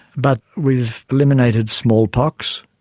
but we've eliminated smallpox,